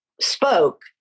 spoke